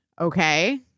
Okay